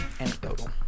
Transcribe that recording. Anecdotal